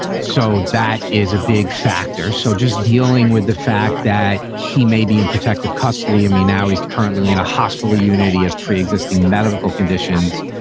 so that is a big factor. so just dealing with the fact that he may be in protective custody of me now, he's currently in a hospital unit. he has preexisting medical conditions,